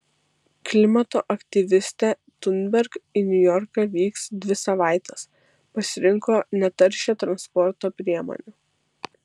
klimato aktyvistė thunberg į niujorką vyks dvi savaites pasirinko netaršią transporto priemonę